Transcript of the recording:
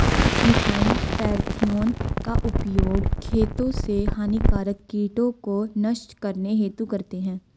methyl parathion का उपयोग खेतों से हानिकारक कीटों को नष्ट करने हेतु करते है